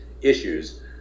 issues